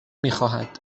میخواهد